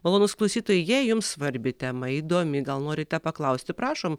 malonūs klausytojai jei jums svarbi tema įdomi gal norite paklausti prašom